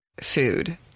food